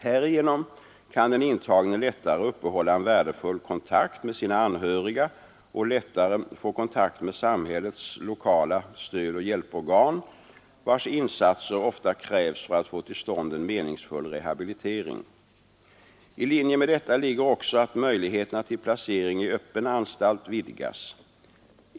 Härigenom kan den intagne lättare uppehålla en värdefull kontakt med sina anhöriga och lättare få kontakt med samhällets lokala stödoch hjälporgan, vilkas insatser ofta krävs för att få till stånd en meningsfull rehabilitering. I linje med detta ligger också att möjligheterna till placering i öppen anstalt vidgas.